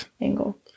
angle